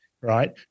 right